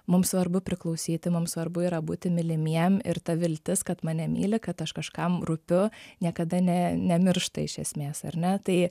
mums svarbu priklausyti mum svarbu yra būti mylimiem ir ta viltis kad mane myli kad aš kažkam rūpiu niekada ne nemiršta iš esmės ar ne tai